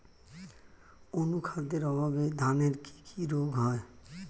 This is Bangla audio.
অনুখাদ্যের অভাবে ধানের কি কি রোগ হয়?